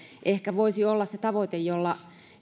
ehkä voisi olla se tavoite jolla